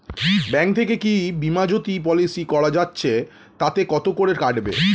Bank থেকে কী Bimajyoti policy করা যাচ্ছে তাতে কত করে কাটবে?